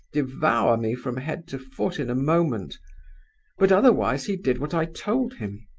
devour me from head to foot in a moment but otherwise he did what i told him.